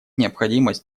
необходимость